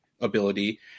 ability